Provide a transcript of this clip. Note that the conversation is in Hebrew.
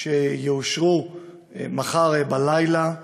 שיאושרו מחר בלילה,